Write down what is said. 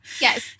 Yes